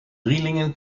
drielingen